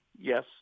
Yes